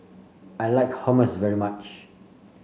I like Hummus very much